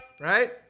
Right